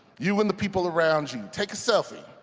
you and the people around you. take a selfie